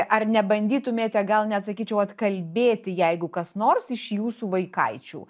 ar nebandytumėte gal net sakyčiau atkalbėti jeigu kas nors iš jūsų vaikaičių